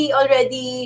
already